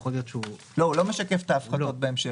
לא, הוא לא משקף את ההפחתות בהמשך.